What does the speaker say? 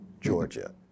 Georgia